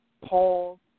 Paul